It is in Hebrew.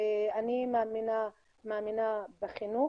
אני מאמינה בחינוך